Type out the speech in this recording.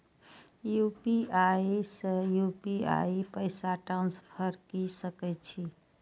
UPI से UPI पैसा transfer की सके छी?